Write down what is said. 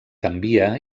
canvia